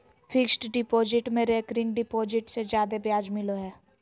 fixed deposit में recurring deposit से जादे ब्याज मिलो हय